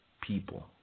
people